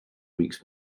weeks